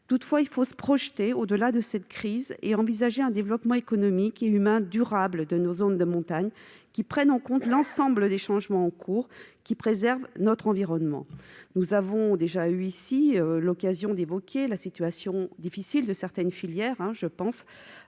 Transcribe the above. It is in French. Toutefois, il faut se projeter au-delà de cette crise et envisager un développement économique et humain durable de nos zones de montagne qui prenne en compte l'ensemble des changements en cours et qui préserve notre environnement. Nous avons déjà eu ici l'occasion d'évoquer la situation difficile de certaines filières, en